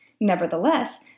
Nevertheless